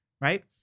right